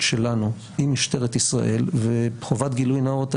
שלנו עם משטרת ישראל וחובת גילוי נאות,